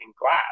glass